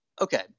Okay